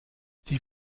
die